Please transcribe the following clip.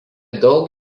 daug